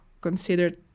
considered